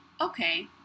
Okay